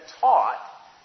taught